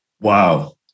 Wow